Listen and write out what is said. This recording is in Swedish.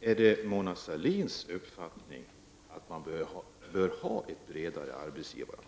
Är det Mona Sahlins uppfattning att man bör ha ett bredare arbetsgivaransvar?